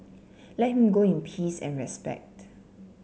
let him go in peace and respect